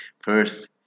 first